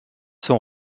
sont